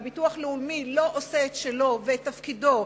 והביטוח הלאומי לא עושה את שלו ואת תפקידו,